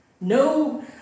No